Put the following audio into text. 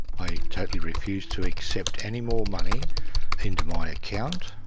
i totally refused to accept any more money into my account.